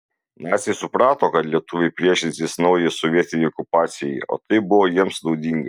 naciai suprato kad lietuviai priešinsis naujai sovietinei okupacijai o tai buvo jiems naudinga